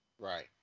Right